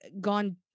gone